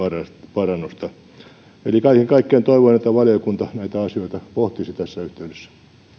parannusta eli kaiken kaikkiaan toivon että valiokunta näitä asioita pohtisi tässä yhteydessä